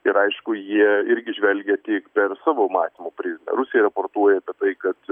ir aišku jie irgi žvelgia tik per savo mąstymo prizmę rusija reportuoja apie tai kad